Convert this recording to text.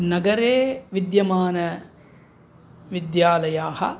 नगरे विद्यमान विद्यालयाः